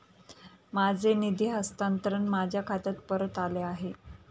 माझे निधी हस्तांतरण माझ्या खात्यात परत आले आहे